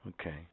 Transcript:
Okay